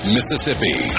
Mississippi